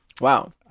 Wow